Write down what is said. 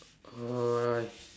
!oi!